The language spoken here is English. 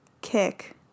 kick